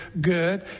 good